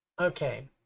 okay